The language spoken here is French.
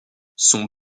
son